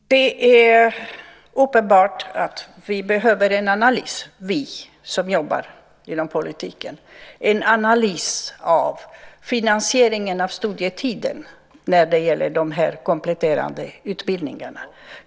Fru talman! Det är uppenbart att vi behöver en analys - vi som jobbar inom politiken. Vi behöver en analys av finansieringen av studietiden när det gäller de kompletterande utbildningarna.